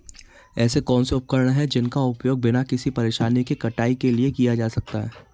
ऐसे कौनसे उपकरण हैं जिनका उपयोग बिना किसी परेशानी के कटाई के लिए किया जा सकता है?